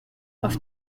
auf